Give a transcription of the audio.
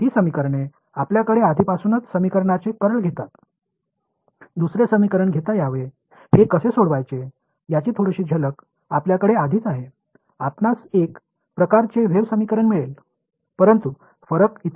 இந்த சமன்பாடுகளை எவ்வாறு தீர்ப்பது என்பது பற்றிய சுருக்கமான பார்வை நமக்கு ஏற்கனவே இருந்தது நீங்கள் முதல் சமன்பாட்டின் கா்ல் எடுத்து இரண்டாவது சமன்பாட்டு உடன் இட மாற்றம் செய்வது எளிது நீங்கள் ஒரு வகையான அலை சமன்பாட்டைப் பெறுவீர்கள்